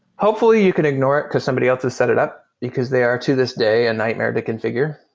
hopefully you can ignore it, because somebody else has set it up, because they are to this day a nightmare to confi gure,